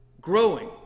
growing